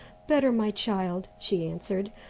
better, my child, she answered,